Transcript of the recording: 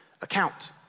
account